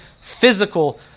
physical